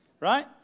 Right